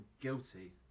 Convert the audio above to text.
guilty